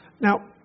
Now